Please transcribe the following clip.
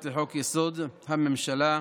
לחוק-יסוד: הממשלה,